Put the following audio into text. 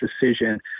decision